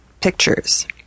pictures